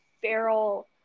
feral